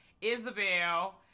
Isabel